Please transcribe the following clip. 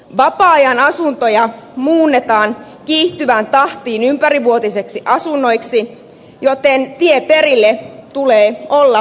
vapaa ajan asuntoja muunnetaan kiihtyvään tahtiin ympärivuotisiksi asunnoiksi joten tien perille tulee olla turvallinen